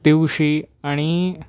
दिवशी आणि